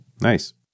Nice